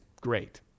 great